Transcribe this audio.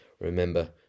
remember